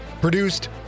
Produced